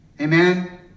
Amen